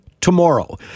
tomorrow